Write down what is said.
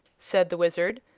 said the wizard,